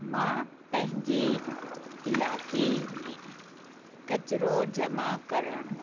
मां पंहिंजे इलाइक़े में किचिरो जमा करणु